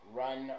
run